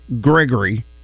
Gregory